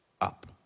Up